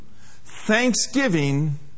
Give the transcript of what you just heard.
Thanksgiving